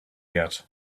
yet